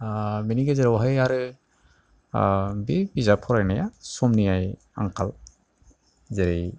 बिनि गेजेरावहाय आरो बे बिजाब फरायनाया समनि आंखाल जेरै